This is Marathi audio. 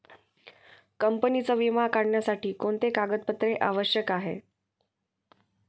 कंपनीचा विमा काढण्यासाठी कोणते कागदपत्रे आवश्यक आहे?